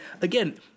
again